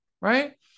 right